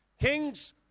king's